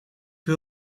wil